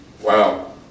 Wow